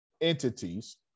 entities